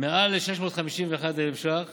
מעל 651,000 ש"ח